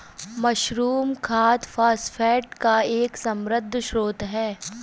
mushroom खाद phosphate का एक समृद्ध स्रोत है